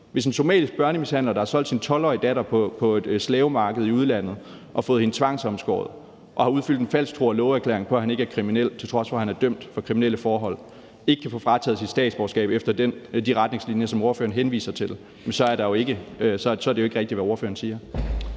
Hvis en somalisk børnemishandler, der har solgt sin 12-årige datter på et slavemarked i udlandet og fået hende tvangsomskåret og har udfyldt en falsk tro og love-erklæring på, at han ikke er kriminel, til trods for at han er dømt for kriminelle forhold, ikke har kan få frataget sit statsborgerskab efter de retningslinjer, som ordføreren henviser til, er det jo ikke rigtigt, hvad ordføreren siger.